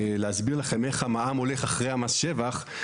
להסביר לכן איך המע"מ הולך אחרי מס שבח,